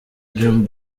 dream